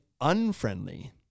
unfriendly